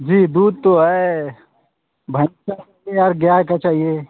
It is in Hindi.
जी दूध तो है भैंस का लेंगे या गाय का चाहिए